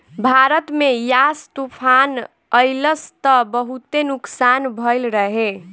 भारत में यास तूफ़ान अइलस त बहुते नुकसान भइल रहे